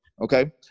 okay